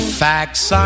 facts